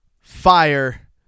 fire